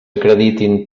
acreditin